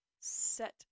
set